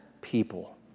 people